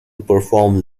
perform